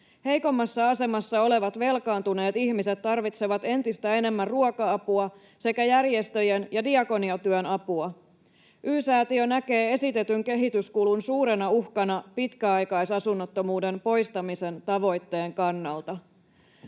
Heikoimmassa asemassa olevat velkaantuneet ihmiset tarvitsevat entistä enemmän ruoka-apua sekä järjestöjen ja diakoniatyön apua. Y-Säätiö näkee esitetyn kehityskulun suurena uhkana pitkäaikaisasunnottomuuden poistamisen tavoitteen kannalta.”